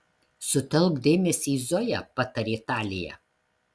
sutelk dėmesį į zoją patarė talija